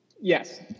Yes